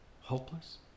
hopeless